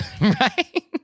Right